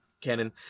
Canon